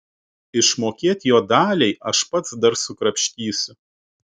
išmokėt jo daliai aš pats dar sukrapštysiu